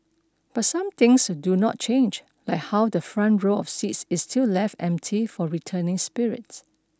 but some things do not change like how the front row of seats is still left empty for returning spirits